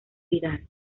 vidal